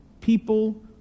people